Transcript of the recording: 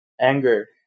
Anger